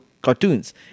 cartoons